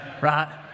Right